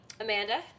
Amanda